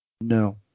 No